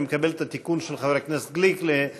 אני מקבל את התיקון של חבר הכנסת גליק לניצחון